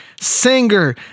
Singer